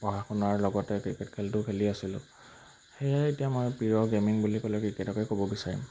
পঢ়া শুনাৰ লগতে ক্ৰিকেট খেলটো খেলি আছিলোঁ সেয়াই এতিয়া মই প্ৰিয় গেমিং বুলি ক'লে ক্ৰিকেটকে ক'ব বিচাৰিম